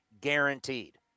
guaranteed